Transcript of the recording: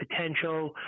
potential